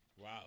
Wow